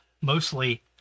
mostly